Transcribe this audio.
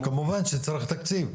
כמובן שצריך תקציב.